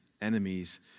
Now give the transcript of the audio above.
enemies